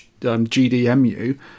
GDMU